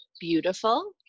beautiful